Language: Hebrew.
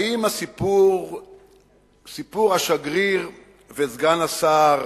האם סיפור השגריר וסגן השר